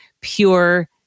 pure